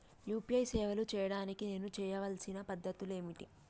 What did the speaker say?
UPI సేవలు చేయడానికి నేను చేయవలసిన పద్ధతులు ఏమిటి?